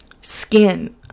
skin